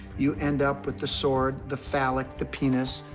you end up with the sword, the phallic, the penis,